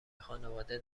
خانواده